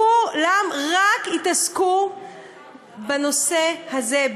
כולם רק התעסקו בנושא הזה,